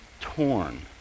torn